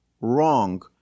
wrong